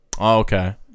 okay